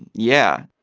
yeah,